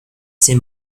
ces